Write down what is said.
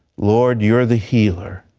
lord, you're the healer.